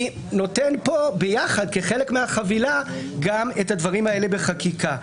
אני נותן פה ביחד כחלק מהחבילה גם את הדברים האלה בחקיקה.